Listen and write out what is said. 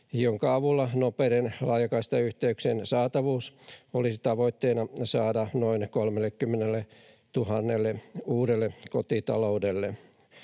jonka avulla nopeiden laajakaistayhteyksien saatavuus olisi tavoitteena saada noin 30 000 uudelle kotitaloudelle.